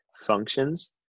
functions